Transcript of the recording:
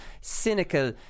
cynical